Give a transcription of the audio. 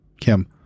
Kim